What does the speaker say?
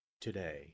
today